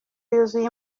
yuzuye